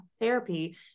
therapy